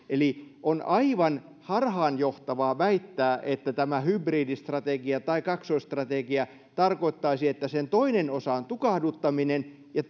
eli on aivan harhaanjohtavaa väittää että tämä hybridistrategia tai kaksoisstrategia tarkoittaisi että sen toinen osa on tukahduttaminen ja